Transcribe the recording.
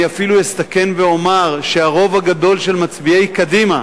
אני אפילו אסתכן ואומר שהרוב הגדול של מצביעי קדימה,